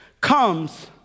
comes